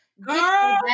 Girl